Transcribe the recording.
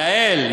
יעל,